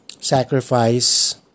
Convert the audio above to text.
sacrifice